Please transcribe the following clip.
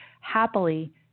happily